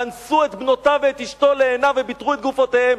ואנסו את בנותיו ואת אשתו לעיניו וביתרו את גופותיהם,